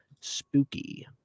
spooky